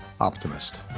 Optimist